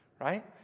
right